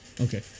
Okay